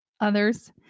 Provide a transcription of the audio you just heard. others